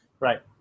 Right